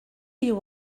you